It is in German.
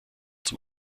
zum